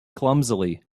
clumsily